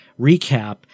recap